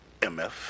MF